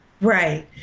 Right